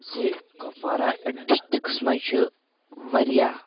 زِ کپوارہ ڈِسٹِرٛکَس منٛز چھِ واریاہ